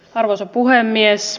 arvoisa puhemies